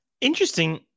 Interesting